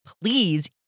please